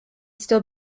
still